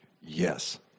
Yes